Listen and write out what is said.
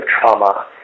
trauma